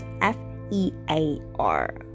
F-E-A-R